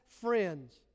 friends